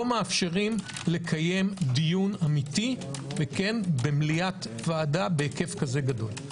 מאפשרים לקיים דיון אמיתי וכן במליאת הועדה בהיקף כזה גדול.